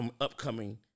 upcoming